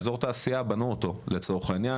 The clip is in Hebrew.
אזור התעשייה בנו אותו לצורך העניין,